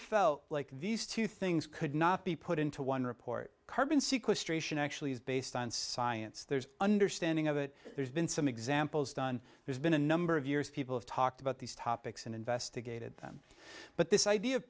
felt like these two things could not be put into one report carbon sequestration actually is based on science there's an understanding of it there's been some examples done there's been a number of years people have talked about these topics and investigated them but this idea